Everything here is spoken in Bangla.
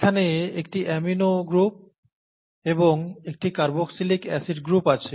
এখানে একটি অ্যামিনো গ্রুপ এবং একটি কার্বক্সিলিক অ্যাসিড গ্রুপ আছে